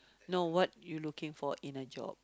no what you looking for in a job